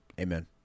Amen